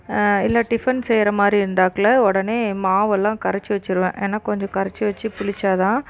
இல்லை டிஃபன் செய்கிறமாரி இருந்தாக்குல உடனே மாவெல்லாம் கரைச்சு வச்சிடுவேன் ஏன்னா கொஞ்சம் கரைச்சு வச்சு புளிச்சால்தான்